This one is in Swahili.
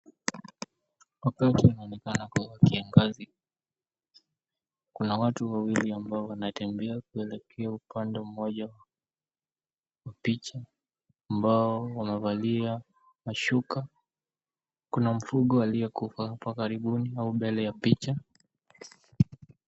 Upande mwingine na kuwa kiongozi. Kuna watu wawili ambao wanatembea kuelekea upande mmoja wa picha ambao wamevalia mashuka. Kuna mfugo aliyekufa hapa karibuni au mbele ya picha.